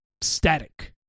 static